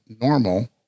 normal